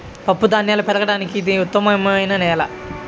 పప్పుధాన్యాలు పెరగడానికి ఇది ఉత్తమమైన నేల